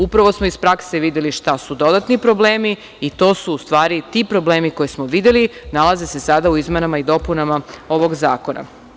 Upravo smo iz prakse videli šta su dodatni problemi i to su u stvari ti problemi koje smo videli, nalaze se sada u izmenama i dopunama ovog zakona.